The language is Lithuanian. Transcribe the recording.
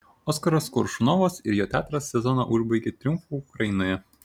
oskaras koršunovas ir jo teatras sezoną užbaigė triumfu ukrainoje